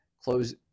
close